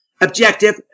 objective